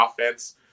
offense